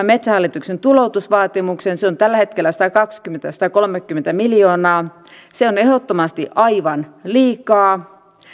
metsähallituksen tuloutusvaatimuksen se on tällä hetkellä satakaksikymmentä viiva satakolmekymmentä miljoonaa se on ehdottomasti aivan liikaa